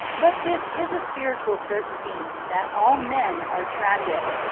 but this is a spiritual certainty, that all men are tragic.